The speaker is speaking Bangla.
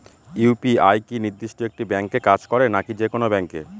ইউ.পি.আই কি নির্দিষ্ট একটি ব্যাংকে কাজ করে নাকি যে কোনো ব্যাংকে?